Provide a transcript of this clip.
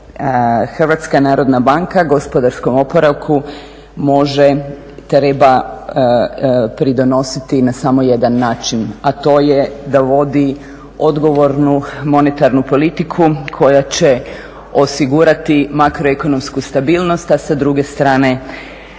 samo jedan, HNB gospodarskom oporavku može, treba pridonositi na samo jedan način, a to je da vodi odgovornu monetarnu politiku koja će osigurati makroekonomsku stabilnost a sa druge strane